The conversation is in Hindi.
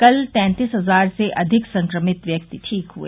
कल तैंतीस हजार से अधिक संक्रमित व्यक्ति ठीक हुए